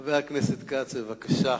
חבר הכנסת כץ, בבקשה.